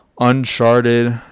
uncharted